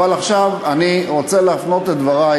אבל עכשיו אני רוצה להפנות את דברי